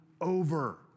over